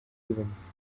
evans